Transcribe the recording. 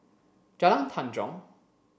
Jalan Tanjong